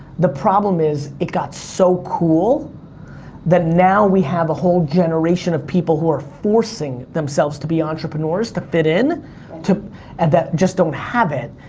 the problem is, it got so cool that now we have a whole generation of people who are forcing themselves to be entrepreneurs to fit in and that just don't have it.